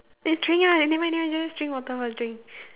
eh drink right nevermind nevermind just drink water first drink